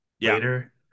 later